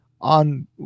on